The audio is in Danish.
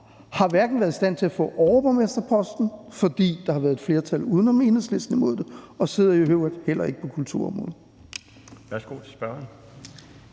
har været i stand til at få overborgmesterposten, fordi der har været et flertal imod det uden om Enhedslisten, og sidder i øvrigt heller ikke på kulturområdet. Kl.